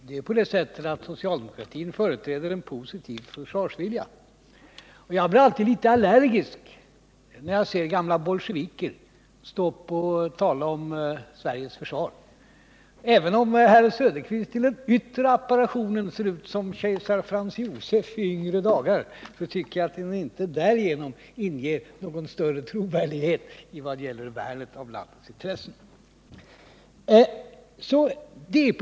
Herr talman! Socialdemokratin företräder en positiv försvarsvilja. Jag blir alltid litet allergisk när jag ser gamla bolsjeviker stå upp och tala om Sveriges försvar. Även om herr Söderqvist till den yttre apparitionen ser ut som kejsar Frans Josef i yngre dagar, tycker jag inte att han därigenom inger någon större trovärdighet i vad gäller värnet av landets intressen.